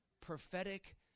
prophetic